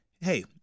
hey